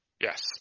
Yes